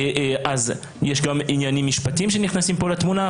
אז יש גם עניינים משפטיים שנכנסים פה לתמונה,